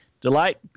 delight